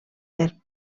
per